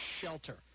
SHELTER